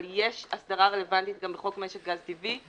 אבל יש הסדרה רלוונטית גם בחוק משק גז טבעי.